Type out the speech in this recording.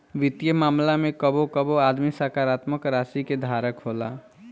वित्तीय मामला में कबो कबो आदमी सकारात्मक राशि के धारक होला